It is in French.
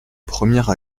première